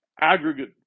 aggregate